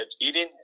eating